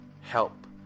Help